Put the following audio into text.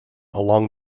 along